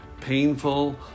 painful